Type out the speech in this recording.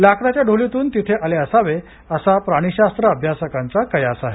लाकडाच्या ढोलीतून तिथे आले असावे असा प्राणीशास्त्र अभ्यासकांचा कयास आहे